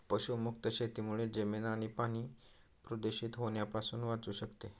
पशुमुक्त शेतीमुळे जमीन आणि पाणी प्रदूषित होण्यापासून वाचू शकते